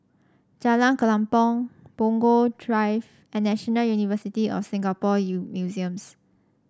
Jalan Kelempong Punggol Drive and National University of Singapore Museums